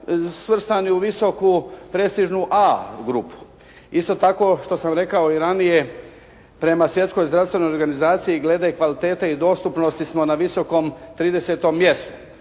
svrstani u visoku prestižnu A grupu. Isto tako što sam rekao i ranije, prema Svjetskoj zdravstvenoj organizaciji glede kvalitete i dostupnosti smo na visokom 30-tom mjestu.